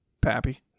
Pappy